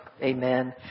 Amen